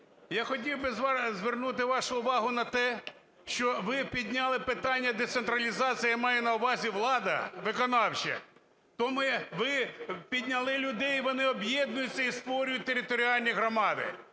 я хотів би звернути вашу увагу на те, що ви підняли питання децентралізації, я маю на увазі влада виконавча, ви підняли людей, і вони об'єднуються і створюють територіальні громади.